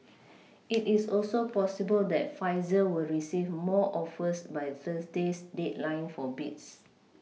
it is also possible that Pfizer will receive more offers by Thursday's deadline for bids